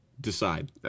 decide